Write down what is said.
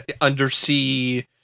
Undersea